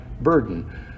burden